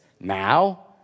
now